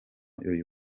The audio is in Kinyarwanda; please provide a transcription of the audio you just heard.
uyu